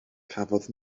cafodd